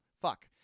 Fuck